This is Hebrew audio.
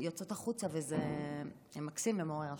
יוצאת החוצה, וזה מקסים ומעורר השראה.